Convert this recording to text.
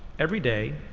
every day,